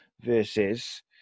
versus